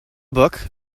book